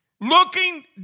Looking